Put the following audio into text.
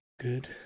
Good